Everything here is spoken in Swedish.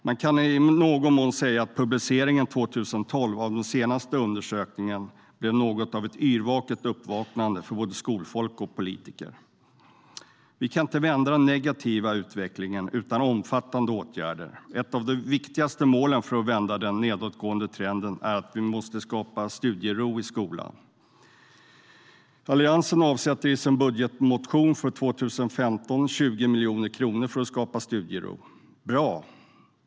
Man kan i någon mån säga att publiceringen 2012 av den senaste undersökningen blev ett yrvaket uppvaknande för både skolfolk och politiker. Vi kan inte vända den negativa utvecklingen utan omfattande åtgärder. Ett av de viktigaste målen för att vända den nedåtgående trenden är att skapa studiero i skolan. Alliansen avsätter i sin budgetmotion för 2015 20 miljoner kronor för att skapa studiero. Det är bra.